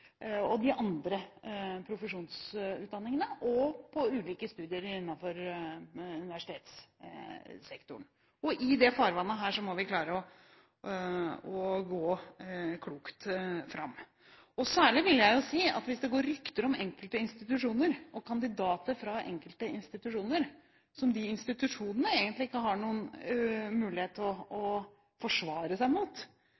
og de andre profesjonsutdanningene, og på ulike studier innenfor universitetssektoren. I dette farvannet må vi klare å gå klokt fram. Jeg vil særlig si at hvis det går rykter om enkelte institusjoner og kandidater fra enkelte institusjoner, som de institusjonene egentlig ikke har noen mulighet til å